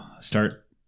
start